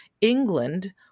England